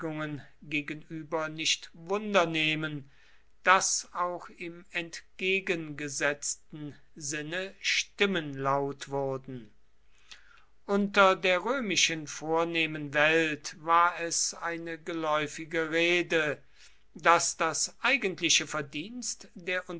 gegenüber nicht wundernehmen daß auch im entgegengesetzten sinne stimmen laut wurden unter der römischen vornehmen welt war es eine geläufige rede daß das eigentliche verdienst der